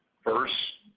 first,